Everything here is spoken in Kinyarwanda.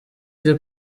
iri